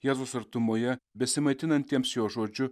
jėzaus artumoje besimaitinantiems jo žodžiu